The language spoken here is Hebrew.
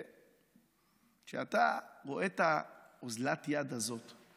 כשאתה רואה את אוזלת היד הזאת,